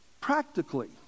practically